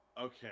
Okay